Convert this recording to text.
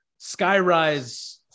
skyrise